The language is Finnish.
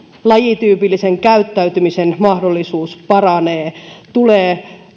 lajityypillisen käyttäytymisen mahdollisuus paranee tulee